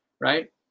right